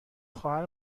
خواهر